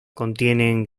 contienen